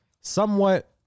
Somewhat